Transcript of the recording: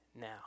now